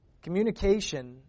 Communication